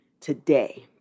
today